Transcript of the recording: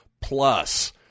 Plus